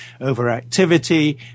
overactivity